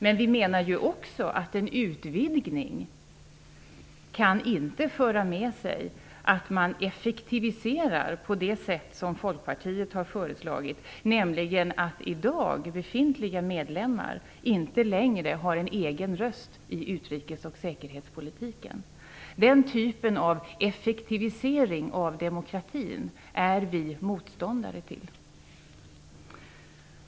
Men vi anser också att en utvidgning inte kan föra med sig att man effektiviserar på det sätt som Folkpartiet har föreslagit, nämligen att befintliga medlemmar i dag inte längre har en egen röst i utrikes och säkerhetspolitiken. Den typen av effektivisering av demokratin är vi motståndare till.